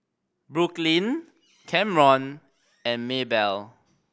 Brooklynn Camron and Maybell